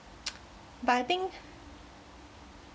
but I think